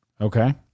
Okay